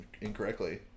incorrectly